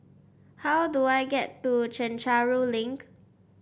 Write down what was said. how do I get to Chencharu Link